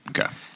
Okay